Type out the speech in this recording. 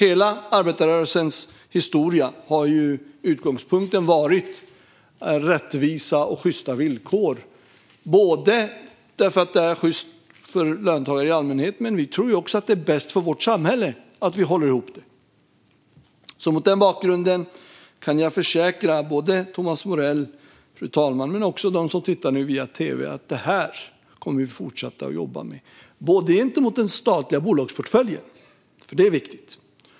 I arbetarrörelsens hela historia har utgångspunkten varit rättvisa och sjysta villkor, både därför att det är sjyst för löntagare i allmänhet och därför att vi tror att det är bäst för vårt samhälle att vi håller ihop det. Mot den bakgrunden kan jag försäkra både Thomas Morell, fru talman, och dem som tittar via tv att detta är någonting som vi kommer att fortsätta att jobba med. Vi ska göra detta gentemot den statliga bolagsportföljen, för det är viktigt.